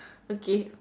okay